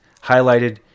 highlighted